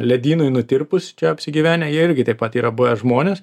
ledynui nutirpus čia apsigyvenę jie irgi taip pat yra buvę žmonės